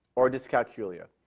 or dyscalculia,